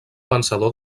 vencedor